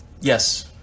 yes